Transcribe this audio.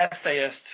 essayist